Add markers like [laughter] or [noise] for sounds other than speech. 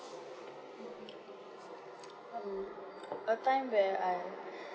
mmhmm um a time where I [breath]